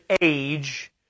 age